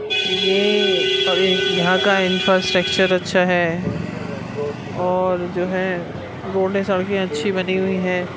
یہ اور یہاں کا انفراسٹرکچر اچھا ہے اور جو ہے روڈیں سڑکیں اچھی بنی ہوئی ہیں